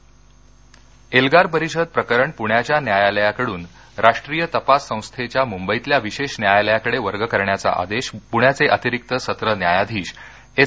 एल्गार एल्गार परिषद प्रकरण पूण्याच्या न्यायालयाकडून राष्ट्रीय तपास संस्थेच्या मुंबईतल्या विशेष न्यायालयाकडे वर्ग करण्याचा आदेश पुण्याचे अतिरिक्त सत्र न्यायाधीश एस